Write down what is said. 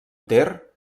ter